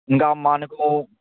ఇంకా మనకి